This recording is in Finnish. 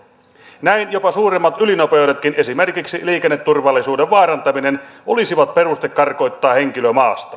näin jopa suuremmat ylinopeudetkin esimerkiksi liikenneturvallisuuden vaarantaminen olisivat peruste karkottaa henkilö maasta